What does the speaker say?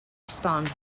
responds